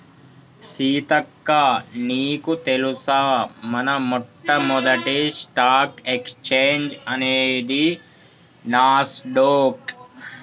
సీతక్క నీకు తెలుసా మన మొట్టమొదటి స్టాక్ ఎక్స్చేంజ్ అనేది నాస్ డొక్